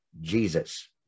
Jesus